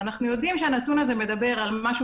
אנחנו יודעים שהנתון הזה מדבר על משהו